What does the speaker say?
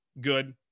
good